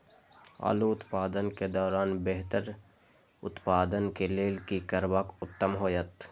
आलू उत्पादन के दौरान बेहतर उत्पादन के लेल की करबाक उत्तम होयत?